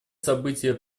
события